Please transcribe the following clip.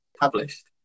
published